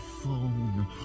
phone